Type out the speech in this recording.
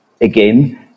again